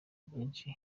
byinshi